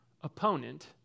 opponent